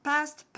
Past